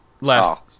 last